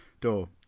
door